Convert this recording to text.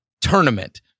tournament